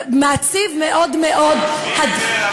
אנחנו חלק מה-BDS?